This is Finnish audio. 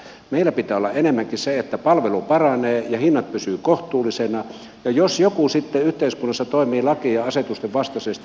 meillä pitää olla enemmänkin se että palvelu paranee ja hinnat pysyvät kohtuullisina ja jos joku sitten yhteiskunnassa toimii lakien ja asetusten vastaisesti niin se on ihan toinen juttu